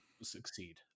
succeed